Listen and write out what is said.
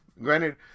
Granted